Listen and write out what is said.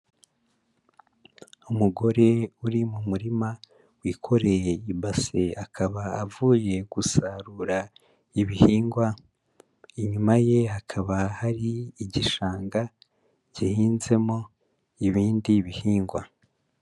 Umugore uri mu murima, wikoreye ibase, akaba avuye gusarura ibihingwa, inyuma ye hakaba hari igishanga gihinzemo ibindi bihingwa.